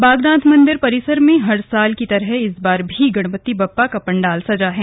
बागनाथ मंदिर परिसर में हर साल की तरह इस बार भी गणपति बप्पा का पंडाल सजा है